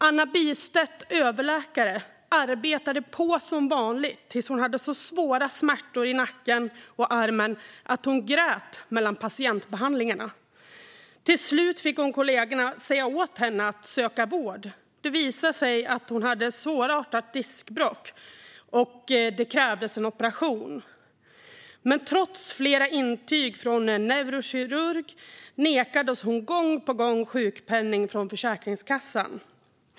Anna Bystedt, överläkare, arbetade på som vanligt tills hon hade så svåra smärtor i nacken och armen att hon grät mellan patientbehandlingarna. Till slut fick kollegorna säga åt henne att söka vård. Det visade sig att hon hade svårartat diskbråck och att det krävdes en operation, men trots flera intyg från en neurokirurg nekades hon gång på gång sjukpenning från Försäkringskassan.